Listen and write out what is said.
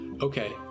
Okay